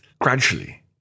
Gradually